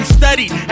studied